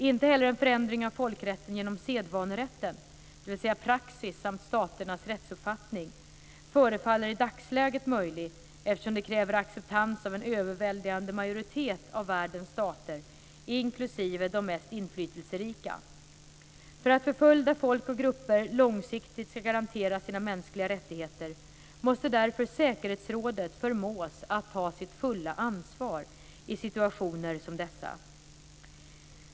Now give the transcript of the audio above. Inte heller en förändring av folkrätten genom sedvanerätten, dvs. praxis samt staternas rättsuppfattning, förefaller i dagsläget möjlig, eftersom det kräver acceptans av en överväldigande majoritet av världens stater, inklusive de mest inflytelserika. För att förföljda folk och grupper långsiktigt ska garanteras sina mänskliga rättigheter måste därför säkerhetsrådet förmås att ta sitt fulla ansvar i situationer som dessa.